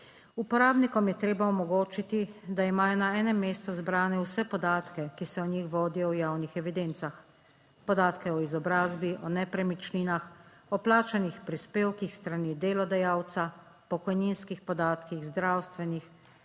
Uporabnikom je treba omogočiti, da imajo na enem mestu zbrane vse podatke, ki se o njih vodijo v javnih evidencah, podatke o izobrazbi, o nepremičninah, o plačanih prispevkih s strani delodajalca, pokojninskih podatkih, zdravstvenih,